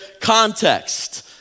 context